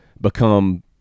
become